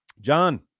John